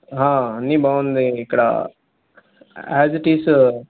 అన్నీ బాగుంది ఇక్కడ యాస్ ఇట్ ఇస్